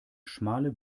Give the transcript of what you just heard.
schmale